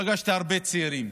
פגשתי הרבה צעירים,